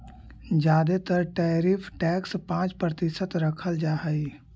जादे तर tariff tax पाँच प्रतिशत रखल जा हई